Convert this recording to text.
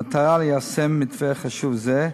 במטרה ליישם מתווה חשוב זה,